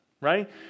right